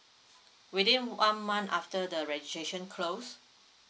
within one month after the registration close